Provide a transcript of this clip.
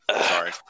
Sorry